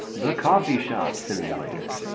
the coffee shop simulator!